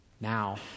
now